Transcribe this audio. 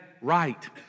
right